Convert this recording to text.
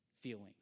feeling